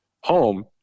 home